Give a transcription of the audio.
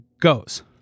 goes